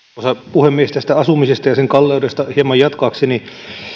puhemies tästä asumisesta ja sen kalleudesta hieman jatkaakseni